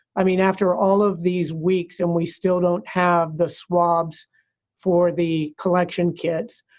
i mean, after all of these weeks and we still don't have the swabs for the collection kids,